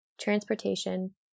transportation